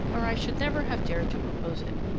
or i should never have dared to propose it.